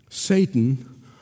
Satan